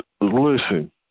Listen